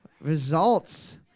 results